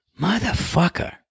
Motherfucker